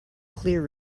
clear